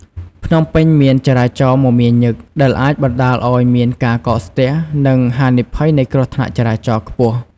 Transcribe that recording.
ភ្នំពេញមានចរាចរណ៍មមាញឹក ដែលអាចបណ្ដាលឲ្យមានការកកស្ទះ និងហានិភ័យនៃគ្រោះថ្នាក់ចរាចរណ៍ខ្ពស់។